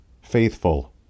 faithful